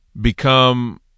become